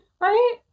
right